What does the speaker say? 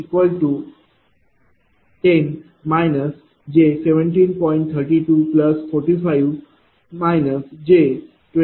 3245 j21